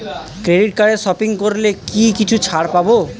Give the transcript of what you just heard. Credit কার্ডে shopping করলে কি কিছু ছাড় পাব?